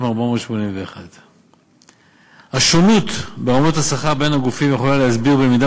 10,481. השונות ברמות השכר בין הגופים יכולה להסביר במידה